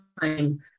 time